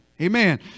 Amen